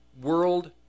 world